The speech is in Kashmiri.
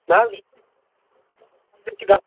نہ حظ